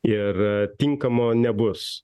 ir tinkamo nebus